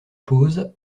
pause